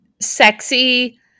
sexy